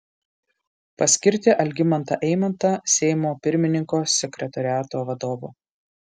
paskirti algimantą eimantą seimo pirmininko sekretoriato vadovu